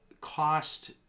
cost